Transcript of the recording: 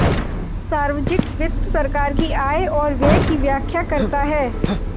सार्वजिक वित्त सरकार की आय और व्यय की व्याख्या करता है